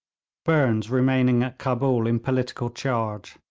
burnes remaining at cabul in political charge.